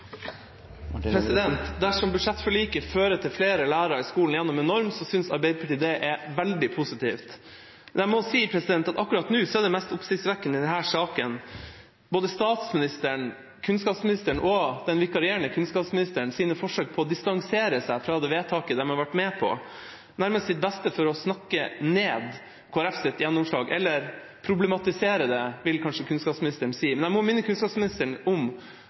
Dersom budsjettforliket fører til flere lærere i skolen gjennom en norm, synes Arbeiderpartiet det er veldig positivt, men jeg må si at akkurat nå er det mest oppsiktsvekkende i denne saken både statsministerens, kunnskapsministerens og den vikarierende kunnskapsministerens forsøk på å distansere seg fra det vedtaket de har vært med på. De gjør sitt beste for å snakke ned Kristelig Folkepartis gjennomslag – eller problematisere det, vil kanskje kunnskapsministeren si. Jeg må minne kunnskapsministeren om